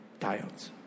diodes